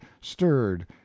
stirred